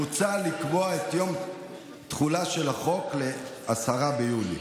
מוצע לקבוע את יום התחילה של החוק ל-10 ביולי.